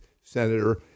senator